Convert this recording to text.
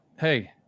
hey